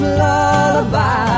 lullaby